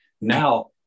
Now